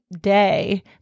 day